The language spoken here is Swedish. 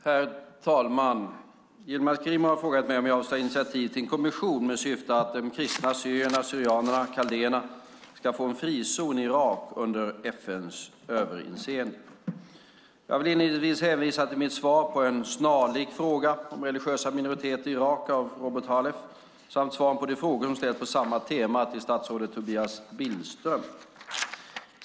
Herr talman! Yilmaz Kerimo har frågat mig om jag avser att ta initiativ till en kommission med syfte att de kristna assyrierna kaldéerna ska få en frizon i Irak under FN:s överinseende. Jag vill inledningsvis hänvisa till mitt svar på en snarlik fråga om religiösa minoriteter i Irak av Robert Halef och till svaren på de frågor som ställts på samma tema till statsrådet Tobias Billström .